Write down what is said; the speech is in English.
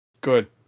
Good